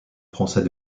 français